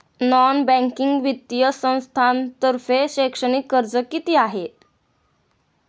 Non banking वित्तीय संस्थांतर्फे शैक्षणिक कर्ज किती आहे?